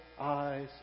eyes